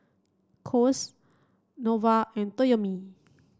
Kose Nova and Toyomi